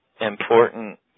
important